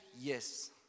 Yes